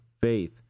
faith